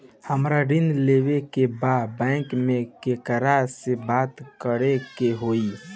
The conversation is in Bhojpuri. हमरा ऋण लेवे के बा बैंक में केकरा से बात करे के होई?